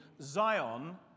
Zion